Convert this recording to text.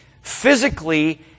Physically